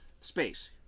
space